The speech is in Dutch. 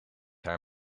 haar